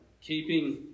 keeping